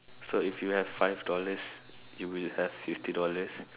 so if you have five dollars you will have fifty dollars